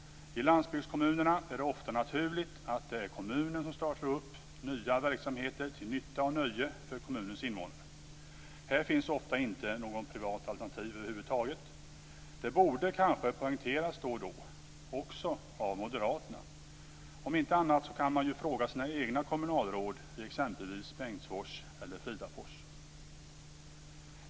I landsbygdskommunerna är det ofta naturligt att det är kommunen som startar upp nya verksamheter till nytta och nöje för kommunens invånare. Här finns ofta inte något privat alternativ över huvud taget. Detta borde kanske poängteras då och då också av Moderaterna. Om inte annat så kan man ju fråga sina egna kommunalråd i exempelvis Bengtsfors eller Fridafors.